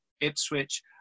Ipswich